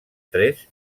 tres